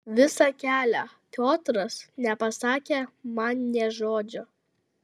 visą kelią piotras nepasakė man nė žodžio